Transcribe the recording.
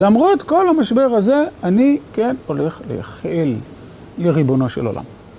למרות כל המשבר הזה, אני כן הולך ליחל לריבונו של עולם.